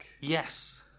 Yes